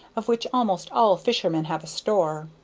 of which almost all fishermen have a store.